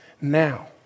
now